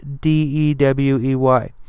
D-E-W-E-Y